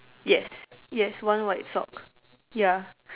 yes yes one white socks ya